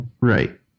right